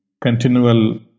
continual